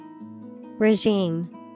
Regime